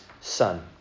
son